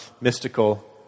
mystical